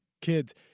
kids